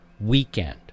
weekend